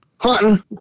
hunting